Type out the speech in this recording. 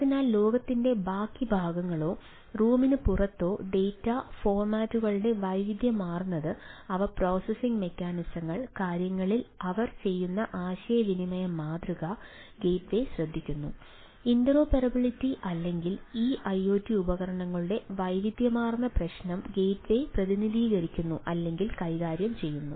അതിനാൽ ലോകത്തിന്റെ ബാക്കി ഭാഗങ്ങളോ റൂമിന് പുറത്തോ ഡാറ്റാ ഫോർമാറ്റുകളുടെ വൈവിധ്യമാർന്നത് അവ പ്രോസസ്സിംഗ് മെക്കാനിസങ്ങൾ കാര്യങ്ങളിൽ അവർ ചെയ്യുന്ന ആശയവിനിമയ മാതൃക ഗേറ്റ്വേ ശ്രദ്ധിക്കുന്നു ഇന്ററോപ്പറബിളിറ്റി അല്ലെങ്കിൽ ഈ ഐഒടി ഉപകരണങ്ങളുടെ വൈവിധ്യമാർന്ന പ്രശ്നം ഗേറ്റ്വേ പ്രതിനിധീകരിക്കുന്നു അല്ലെങ്കിൽ കൈകാര്യം ചെയ്യുന്നു